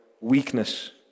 weakness